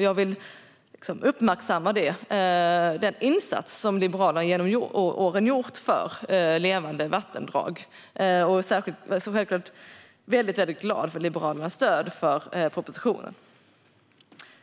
Jag vill uppmärksamma den insats som Liberalerna genom åren har gjort för levande vattendrag. Jag är självklart väldigt glad över Liberalernas stöd för propositionen.